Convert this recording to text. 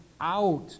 out